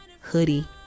hoodie